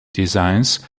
designs